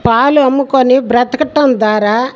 పాలు అమ్ముకొని బ్రతకటం ద్వారా